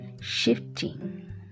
shifting